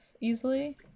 easily